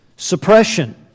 Suppression